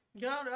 Go